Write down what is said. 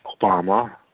Obama